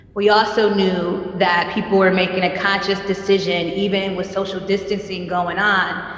we also knew that people were making a conscious decision. even with social distancing going on.